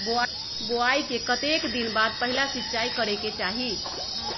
बोआई के कतेक दिन बाद पहिला सिंचाई करे के चाही?